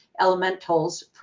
elementals